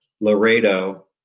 Laredo